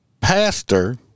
pastor